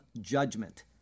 judgment